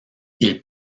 ils